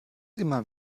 immer